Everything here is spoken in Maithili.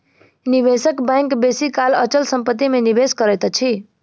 निवेशक बैंक बेसी काल अचल संपत्ति में निवेश करैत अछि